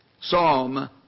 Psalm